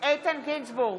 איתן גינזבורג,